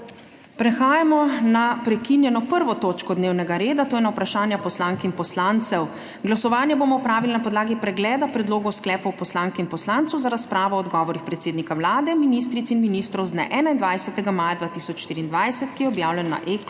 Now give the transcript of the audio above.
Prehajamo na **prekinjeno 1. točko dnevnega reda, to je na Vprašanja poslank in poslancev.** Glasovanje bomo opravili na podlagi pregleda predlogov sklepov poslank in poslancev za razpravo o odgovorih predsednika Vlade, ministric in ministrov z dne 21. maja 2024, ki je objavljen na e-klopi.